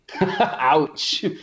Ouch